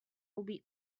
will